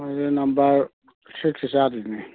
ꯑꯗꯨꯗꯤ ꯅꯝꯕꯔ ꯁꯤꯛꯁꯁꯤ ꯆꯥꯗꯣꯏꯅꯤ